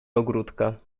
ogródka